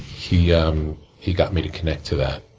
he um he got me to connect to that